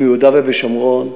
מיהודה ושומרון,